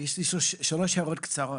יש לי שלוש הערות קצרות.